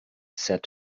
said